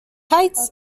heights